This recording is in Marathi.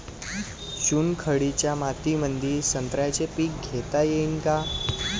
चुनखडीच्या मातीमंदी संत्र्याचे पीक घेता येईन का?